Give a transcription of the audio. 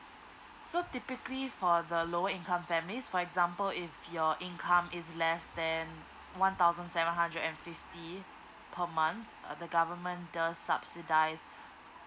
so typically for the lower income families for example if your income is less than one thousand seven hundred and fifty per month uh the government does subsidize